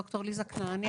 ד"ר ליזה כנעני,